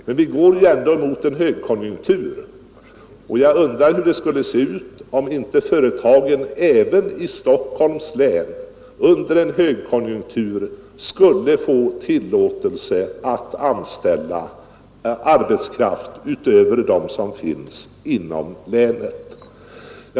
Men vi går ju ändå mot en högkonjunktur, och jag undrar hur det skulle se ut om inte företagen, även i Stockholms län, under en högkonjunktur skulle få tillåtelse att anställa arbetskraft utöver den som finns inom länet.